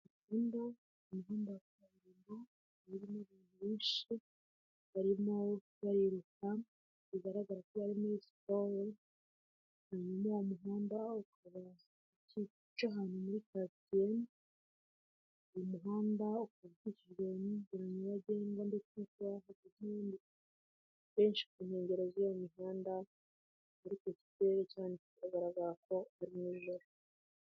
Abantu benshi bari gukora siporo mu masaha ya mugitondo mu muhanda wakaburimbo hari abandi bantu bahagaze bari kureba abari gukora siporo .